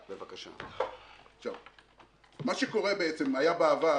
מה שקורה, היה בעבר